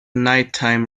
nighttime